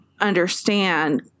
Understand